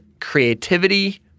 creativity